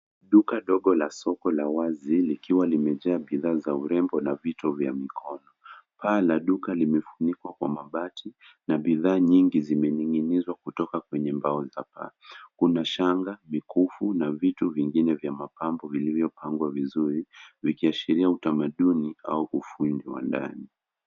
Duka dogo la soko la wazi likiwa limejaa bidhaa za urembo na vito vya mkono. Paa la duka limefunikwa kwa mabati na bidhaa nyingi zimening'inizwa kutoka kwenye mbao za paa. Kuna shanga, mikufu na vitu vingine vya mapambo vilivyopangwa vizuri, vikiashiria utamaduni au ufundi wa ndani.